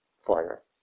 fire